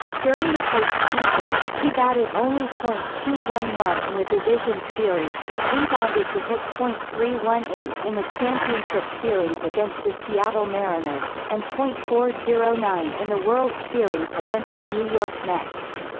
during the postseason, he batted only point two one one in the division series but rebounded to hit point three one eight in the championship series against the seattle mariners, and point four zero nine in the world series against the new york mets.